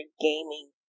gaming